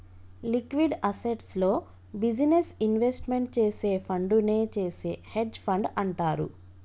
liquid అసెట్స్లో business investment చేసే ఫండునే చేసే హెడ్జ్ ఫండ్ అంటారు